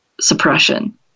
suppression